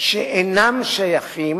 שאינם שייכים